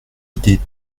idée